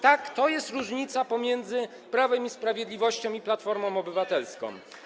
Tak, to jest różnica pomiędzy Prawem i Sprawiedliwością i Platformą Obywatelską.